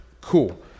Cool